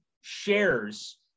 shares